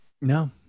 No